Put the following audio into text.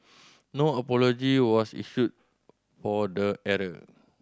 no apology was issued for the error